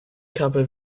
couple